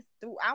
throughout